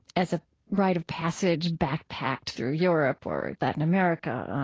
as a rite of passage backpacked through europe or latin america,